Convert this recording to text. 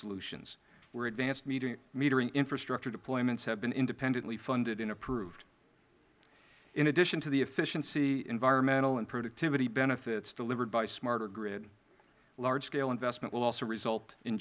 solutions where advanced metering infrastructure deployments have been independently funded and approved in addition to the efficiency environmental and productivity benefits delivered by smarter grid large scale investment will also result in